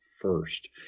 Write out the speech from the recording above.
first